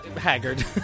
haggard